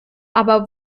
aber